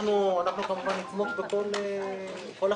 אנחנו כמובן נתמוך בכל החלטה.